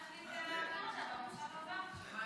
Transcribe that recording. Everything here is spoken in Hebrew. להעביר אותה במושב הבא.